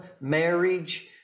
marriage